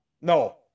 No